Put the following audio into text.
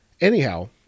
Anyhow